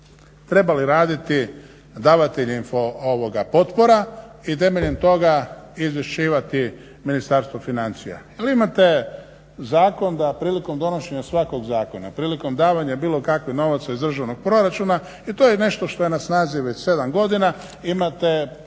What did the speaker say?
trebali raditi davatelji potpora i temeljem toga izvješćivati Ministarstvo financija. Imate zakon da prilikom donošenja svakog zakona, prilikom davanja bilo kakvih novaca iz državnog proračuna to je nešto što je na snazi već 7 godina imate